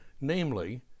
namely